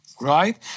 right